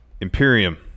Imperium